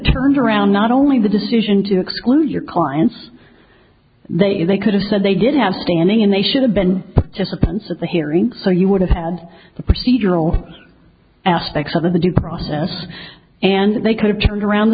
turned around not only the decision to exclude your clients they they could have said they did have standing and they should have been just a pencil the hearing so you would have had the procedural aspects of the due process and they could have turned around